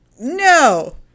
No